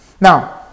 Now